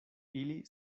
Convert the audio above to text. ili